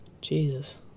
jesus